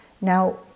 Now